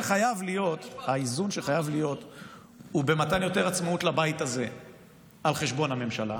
האיזון שחייב להיות הוא במתן יותר עצמאות לבית הזה על חשבון הממשלה.